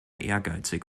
ehrgeizig